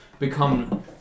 become